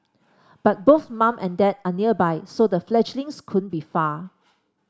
but both mum and dad are nearby so the fledglings couldn't be far